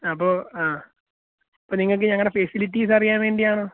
അപ്പോൾ ആ അപ്പോൾ നിങ്ങൾക്ക് ഞങ്ങളുടെ ഫെസിലിറ്റീസ് അറിയാൻ വേണ്ടിയാണോ